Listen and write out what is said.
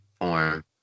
form